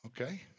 Okay